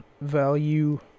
value